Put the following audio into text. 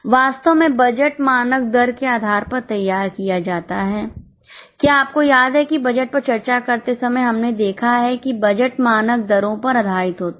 वास्तव में बजट मानक दर के आधार पर तैयार किया जाता है क्या आपको याद है कि बजट पर चर्चा करते समय हमने देखा है कि बजट मानक दरों पर आधारित होते हैं